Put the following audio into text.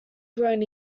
grown